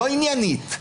לא עניינית.